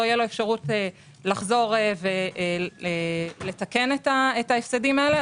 תהיה לו אפשרות לחזור ולתקן את ההפסדים האלה.